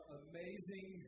amazing